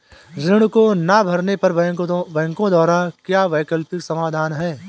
ऋण को ना भरने पर बैंकों द्वारा क्या वैकल्पिक समाधान हैं?